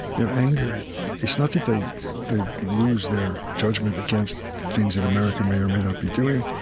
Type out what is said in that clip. their anger it's not that they lose their judgment against things that america may or may not be doing,